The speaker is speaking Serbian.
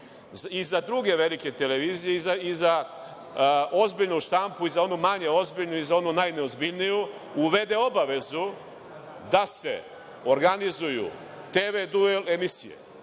i za druge velike televizije i za ozbiljnu štampu i za manje ozbiljnu i za onu najneozbiljniju, da uvede obavezu da se organizuju tv duel emisije